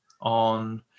on